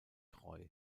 treu